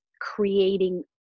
creating